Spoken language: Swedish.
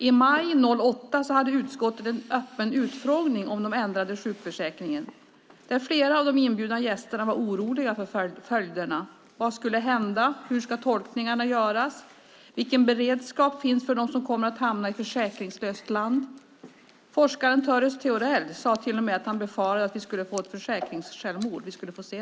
I maj 2008 hade utskottet en öppen utfrågning om den ändrade sjukförsäkringen. Flera av de inbjudna gästerna var oroliga för följderna. Vad skulle hända? Hur ska tolkningarna göras? Vilken beredskap finns för dem som kommer att hamna i försäkringslöst land? Forskaren Töres Theorell sade till och med att han befarade att vi skulle få försäkringssjälvmord.